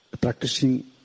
practicing